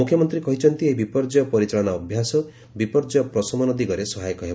ମୁଖ୍ୟମନ୍ତୀ କହିଛନ୍ତି ଏହି ବିପର୍ଯ୍ୟୟ ପରିଚାଳନା ଅଭ୍ୟାସ ବିପର୍ଯ୍ୟ ପ୍ରଶମନ ଦିଗରେ ସହାୟକ ହେବ